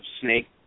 snake